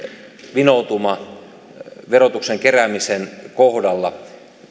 vinoutuma verotuksen keräämisen kohdalla